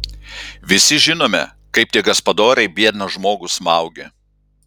visi žinome kaip tie gaspadoriai biedną žmogų smaugė